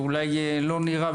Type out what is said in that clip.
זה אולי לא נראה,